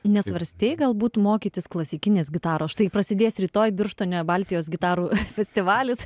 nesvarstei galbūt mokytis klasikinės gitaros štai prasidės rytoj birštone baltijos gitarų festivalis